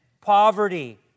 poverty